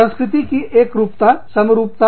संस्कृति की एकरूपता समरूपता